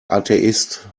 atheist